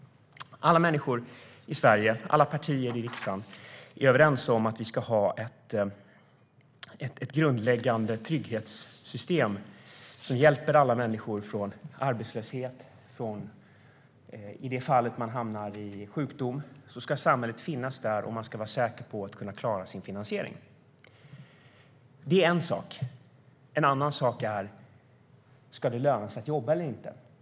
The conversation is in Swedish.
Alla människor i Sverige och alla partier i riksdagen är överens om att vi ska ha ett grundläggande trygghetssystem som hjälper alla människor vid arbetslöshet. Om man hamnar i sjukdom ska samhället finnas där, och man ska vara säker på att man kan klara sin finansiering. Det är en sak. En annan sak är: Ska det löna sig att jobba eller inte?